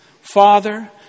Father